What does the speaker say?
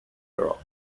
europe